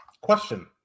Question